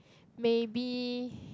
maybe